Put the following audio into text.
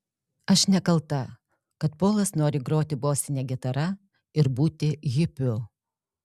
aš nekalta kad polas nori groti bosine gitara ir būti hipiu